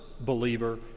believer